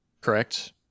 correct